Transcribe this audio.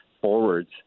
forwards